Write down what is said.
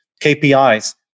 KPIs